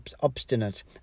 obstinate